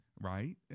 right